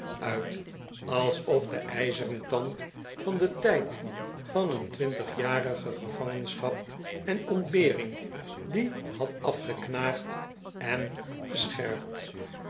uit alsof de ijzeren tand van den tijd van een twintig jarige gevangenschap en ontbering die had afgeknaagd en gescherpt